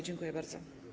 Dziękuję bardzo.